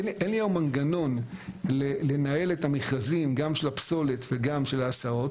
אין לי המנגנון לנהל את המכרזים גם של הפסולת וגם של ההסעות,